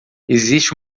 existe